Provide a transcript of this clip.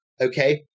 okay